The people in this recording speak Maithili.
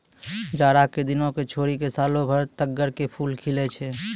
जाड़ा के दिनों क छोड़ी क सालों भर तग्गड़ के फूल खिलै छै